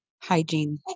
hygiene